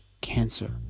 cancer